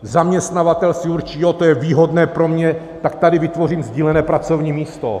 Zaměstnavatel si určí, jo, to je výhodné pro mě, tak tady vytvořím sdílené pracovní místo.